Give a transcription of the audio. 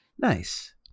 Nice